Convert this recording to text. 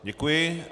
Děkuji.